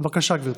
בבקשה, גברתי.